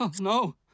No